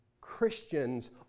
Christians